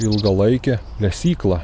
ilgalaikė lesykla